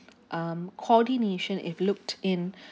um coordination if looked in